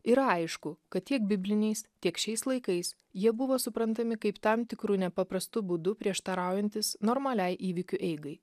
yra aišku kad tiek bibliniais tiek šiais laikais jie buvo suprantami kaip tam tikru nepaprastu būdu prieštaraujantys normaliai įvykių eigai